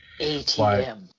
ATM